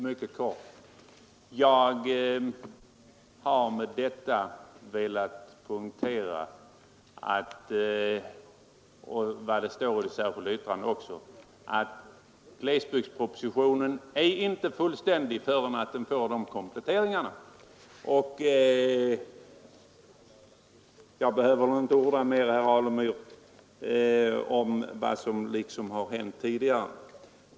Herr talman! Jag skall fatta mig mycket kort. Med vad jag sagt har jag velat poängtera att — det står i det särskilda yttrandet också — glesbygdspropositionen inte är fullständig förrän den får dessa kompletteringar. Och jag behöver väl inte orda mer, herr Alemyr, om vad som har hänt tidigare.